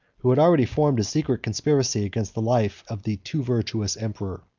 who had already formed a secret conspiracy against the life of the too virtuous emperor.